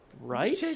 Right